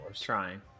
trying